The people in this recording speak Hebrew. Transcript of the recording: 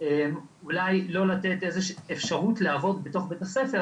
אולי לא לתת אפשרות לעבוד בתוך בית הספר,